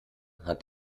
hat